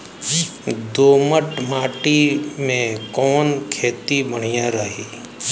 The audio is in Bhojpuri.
दोमट माटी में कवन खेती बढ़िया रही?